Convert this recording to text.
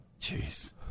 Jeez